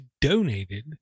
donated